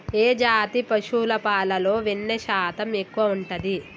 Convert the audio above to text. ఏ జాతి పశువుల పాలలో వెన్నె శాతం ఎక్కువ ఉంటది?